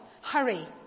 Hurry